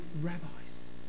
rabbis